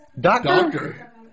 doctor